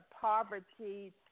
poverty